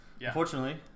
Unfortunately